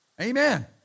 Amen